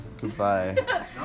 Goodbye